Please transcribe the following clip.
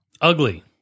Ugly